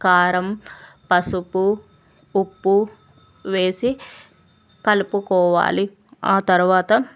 కారం పసుపు ఉప్పు వేసి కలుపుకోవాలి ఆ తర్వాత